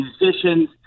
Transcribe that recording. musicians